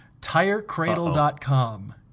Tirecradle.com